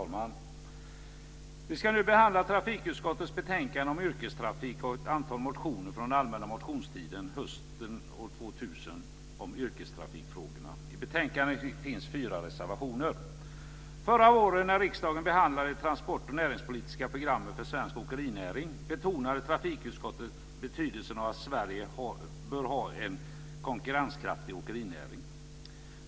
Fru talman! Vi ska nu behandla trafikutskottets betänkande om yrkestrafik och ett antal motioner från den allmänna motionstiden hösten år 2000 om yrkestrafikfrågor. I betänkandet finns fyra reservationer. Förra året när riksdagen behandlade det transportoch näringspolitiska programmet för svensk åkerinäring betonade trafikutskottet betydelsen av att Sverige har en konkurrenskraftig åkerinäring.